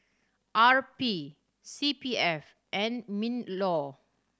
R P C P F and MinLaw